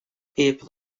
paper